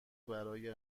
برای